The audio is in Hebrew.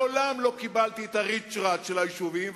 מעולם לא קיבלתי את הריצ'רץ' של היישובים,